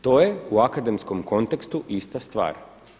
To je u akademskom kontekstu ista stvar.